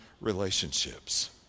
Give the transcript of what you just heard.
relationships